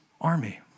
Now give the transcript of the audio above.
army